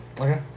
Okay